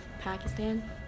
Pakistan